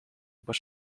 but